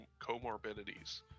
comorbidities